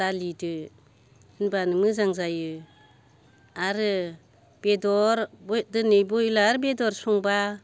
दालिजों होमबानो मोजां जायो आरो बेदर दिनै ब्रयलार बेदर संबा